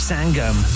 Sangam